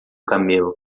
camelo